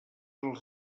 els